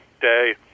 day